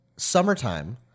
Summertime